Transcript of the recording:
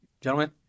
Gentlemen